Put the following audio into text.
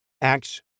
Acts